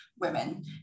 women